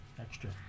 extra